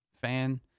fan